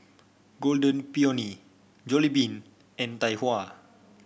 Golden Peony Jollibean and Tai Hua